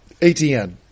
ATN